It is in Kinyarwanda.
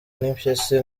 n’impyisi